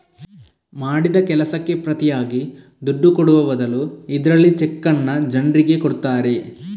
ಮಾಡಿದ ಕೆಲಸಕ್ಕೆ ಪ್ರತಿಯಾಗಿ ದುಡ್ಡು ಕೊಡುವ ಬದಲು ಇದ್ರಲ್ಲಿ ಚೆಕ್ಕನ್ನ ಜನ್ರಿಗೆ ಕೊಡ್ತಾರೆ